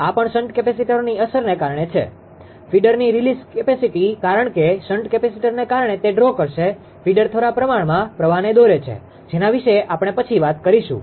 આ પણ શન્ટ કેપેસિટરોની અસરને કારણે છે ફીડરની રીલીઝ કેપેસીટી કારણ કે શન્ટ કેપેસિટરને કારણે તે ડ્રો કરશે ફીડર થોડા પ્રમાણમાં પ્રવાહને દોરે છે જેના વિશે આપણે પછી વાત કરીશું